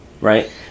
right